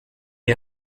est